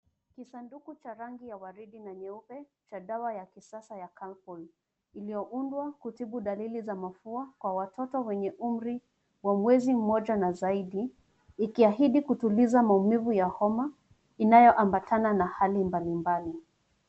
Kisanduku cha rangi ya waridi na nyeupe, cha dawa ya kisasa ya Calpol. Iliyoundwa kutibu dalili za mafua, kwa watoto wenye umri wa mwezi mmoja na zaidi. Ikiahidi kutuliza maumivu ya homa, inayoambatana na hali mbalimbali.